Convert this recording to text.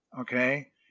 Okay